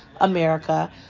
America